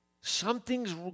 Something's